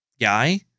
guy